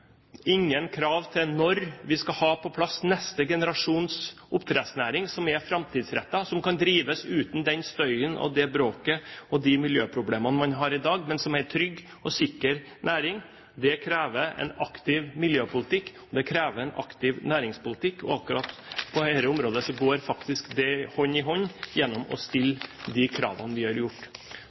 ingen krav til når vi skal ha på plass neste generasjons oppdrettsnæring, som er framtidsrettet, og som kan drives uten den støyen, det bråket og de miljøproblemene man har i dag, men som er en trygg og sikker næring. Det krever en aktiv miljøpolitikk, og det krever en aktiv næringspolitikk. Akkurat på dette området går faktisk det hånd i hånd ved at vi stiller de kravene vi har gjort.